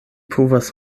povas